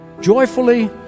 joyfully